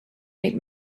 made